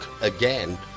again